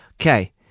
Okay